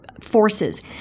forces